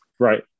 Right